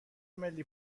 ملی